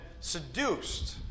seduced